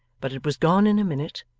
but it was gone in a minute,